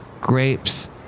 Grapes